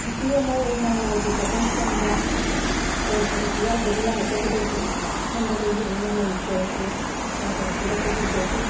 ꯅꯨꯄꯤ ꯑꯃ ꯑꯣꯏꯅ ꯂꯥꯏ ꯗꯨꯞ ꯀꯠꯄ ꯃꯇꯝꯗ ꯂꯩ ꯍꯥꯏꯕꯁꯤ ꯌꯥꯎꯗꯕ ꯌꯥꯔꯛꯇꯕꯗꯒꯤ ꯈꯟꯕꯗꯒꯤ ꯑꯩꯅ ꯂꯩꯀꯣꯜꯁꯦ ꯈꯔ ꯈꯔ ꯁꯦꯝꯒꯠꯄ ꯍꯧꯖꯈꯤ